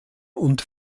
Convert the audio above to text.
und